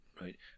right